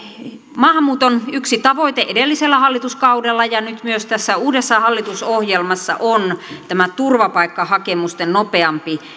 maahanmuuton yksi tavoite edellisellä hallituskaudella ja nyt myös tässä uudessa hallitusohjelmassa on tämä turvapaikkahakemusten nopeampi